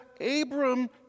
Abram